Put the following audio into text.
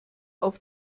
auf